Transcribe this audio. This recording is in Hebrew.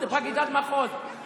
פרקליטת מחוז,